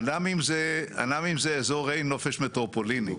אנ"מים זה אזורי נופש מטרופוליניים,